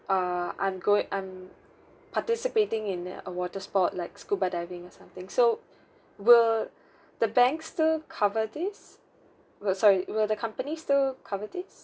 err I'm goi~ I'm participating in uh a water sport like scuba diving or something so will the bank still cover this will sorry will the company still cover this